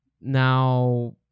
Now